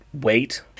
Wait